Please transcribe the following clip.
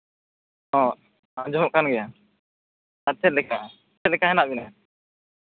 ᱦᱚᱸ ᱟᱡᱚᱢᱚᱜ ᱠᱟᱱ ᱜᱮᱭᱟ ᱟᱨ ᱪᱮᱫ ᱞᱮᱠᱟ ᱪᱮᱫ ᱞᱮᱠᱟ ᱦᱮᱱᱟᱜ ᱵᱤᱱᱟᱹ